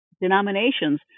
denominations